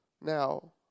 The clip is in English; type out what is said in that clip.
Now